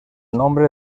nombre